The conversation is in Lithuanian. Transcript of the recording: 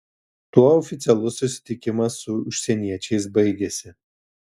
tuo oficialus susitikimas su užsieniečiais baigėsi